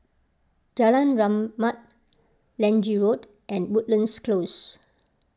Jalan Rahmat Lange Road and Woodlands Close